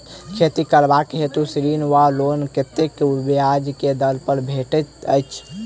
खेती करबाक हेतु ऋण वा लोन कतेक ब्याज केँ दर सँ भेटैत अछि?